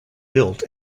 built